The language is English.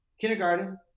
kindergarten